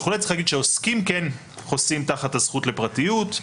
צריך להגיד שעוסקים כן חוסים תחת הזכות לפרטיות,